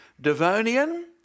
Devonian